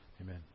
Amen